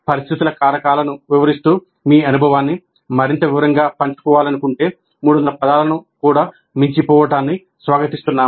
పరిస్థితుల కారకాలను వివరిస్తూ మీ అనుభవాన్ని మరింత వివరంగా పంచుకోవాలనుకుంటే 300 పదాలను కూడా మించిపోవడాన్ని స్వాగతిస్తున్నాము